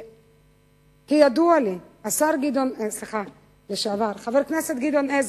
כידוע לי, חבר הכנסת גדעון עזרא,